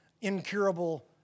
incurable